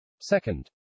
Second